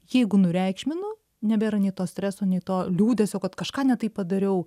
jeigu nureikšminu nebėra nei to streso nei to liūdesio kad kažką ne taip padariau